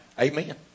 Amen